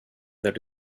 that